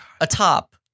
atop